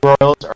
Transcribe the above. Royals